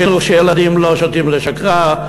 חינוך שילדים לא שותים לשוכרה,